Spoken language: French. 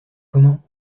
comment